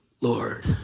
Lord